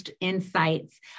insights